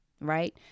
right